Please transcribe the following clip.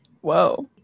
whoa